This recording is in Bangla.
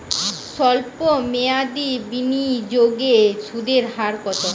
সল্প মেয়াদি বিনিয়োগে সুদের হার কত?